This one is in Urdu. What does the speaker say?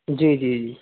جی جی جی